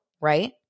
right